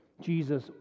Jesus